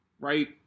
right